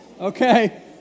Okay